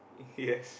yes